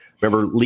Remember